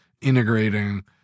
integrating